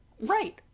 right